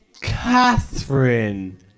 Catherine